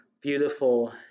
beautiful